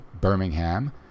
Birmingham